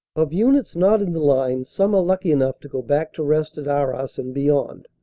of units not in the line, some are lucky enough to go back to rest at arras and beyond.